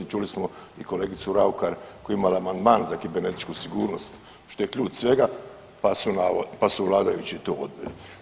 Čuli smo i kolegicu Raukar koja je imala amandman za kibernetičku sigurnost što je ključ svega pa su vladajući to odbili.